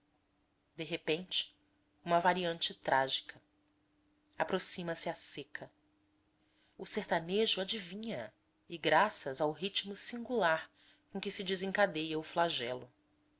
de repente uma variante trágica aproxima-se a seca o sertanejo adivinha-se e prefixa a graças ao ritmo singular com que se desencadeia o flagelo